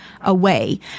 away